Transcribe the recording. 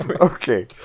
Okay